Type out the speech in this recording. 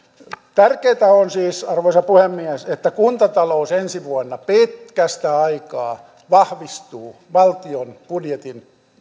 tärkeätä on siis arvoisa puhemies että kuntatalous ensi vuonna pitkästä aikaa vahvistuu valtion budjetin